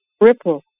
ripple